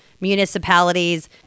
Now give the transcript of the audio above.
municipalities